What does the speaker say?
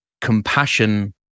compassion